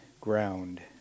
ground